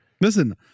Listen